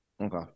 Okay